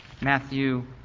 Matthew